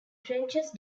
trenches